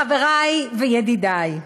חברי וידידי,